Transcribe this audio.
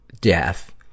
death